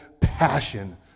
passion